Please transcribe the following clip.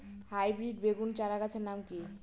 Hybrid বেগুন চারাগাছের নাম কি?